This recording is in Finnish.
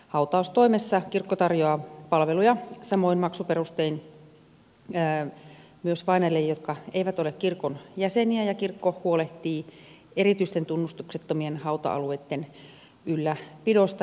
hautaustoimessa kirkko tarjoaa palveluja samoin maksuperustein myös vainajille jotka eivät ole kirkon jäseniä ja kirkko huolehtii erityisten tunnustuksettomien hauta alueitten ylläpidosta